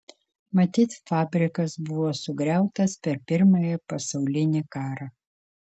matyt fabrikas buvo sugriautas per pirmąjį pasaulinį karą